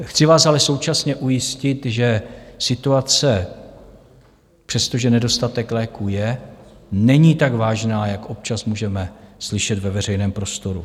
Chci vás ale současně ujistit, že situace, přestože nedostatek léků je, není tak vážná, jak občas můžeme slyšet ve veřejném prostoru.